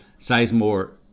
Sizemore